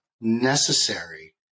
necessary